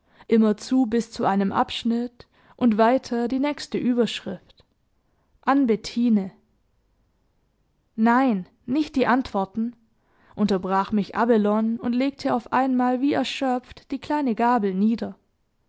immerzu bis zu einem abschnitt und weiter die nächste überschrift an bettine nein nicht die antworten unterbrach mich abelone und legte auf einmal wie erschöpft die kleine gabel nieder